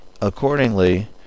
Accordingly